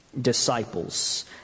Disciples